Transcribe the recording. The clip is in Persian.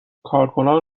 کارکنان